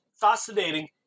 fascinating